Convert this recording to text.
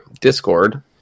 Discord